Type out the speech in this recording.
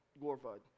glorified